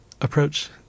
approach